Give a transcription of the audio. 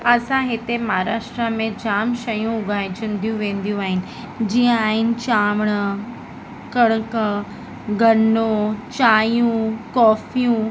असां हिते महाराष्ट्रा में जामु शयूं उगायजंदियूं वेंदियूं आहिनि जीअं आहिनि चांवर कणिक गनो चांहियूं कॉफ़ियूं